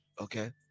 Okay